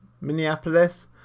Minneapolis